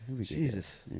Jesus